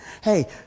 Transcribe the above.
Hey